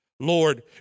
Lord